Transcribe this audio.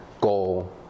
goal